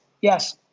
yes